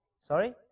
Sorry